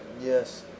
yes